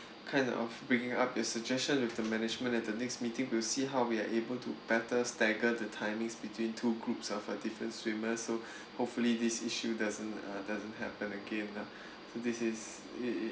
kind of bringing up your suggestion with the management at the next meeting we'll see how we are able to better stagger the timings between two groups of uh different swimmers so hopefully this issue doesn't uh doesn't happen again lah so this is it it